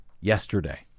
yesterday